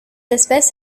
espèce